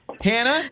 hannah